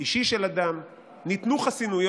אישי של אדם, ניתנו חסינויות